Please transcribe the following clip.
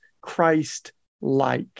Christ-like